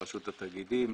לרשות התאגידים,